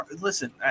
Listen